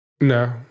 No